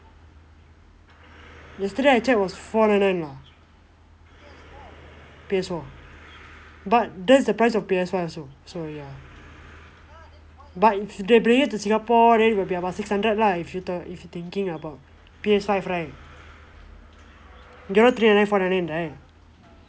yesterday I check was four nine nine lah P_S four but that's the price of P_S five also so ya but if they bring it to singapore it will be about six hundred lah if you're thinking about P_S five right now three nine nine four nine nine right